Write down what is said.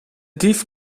dief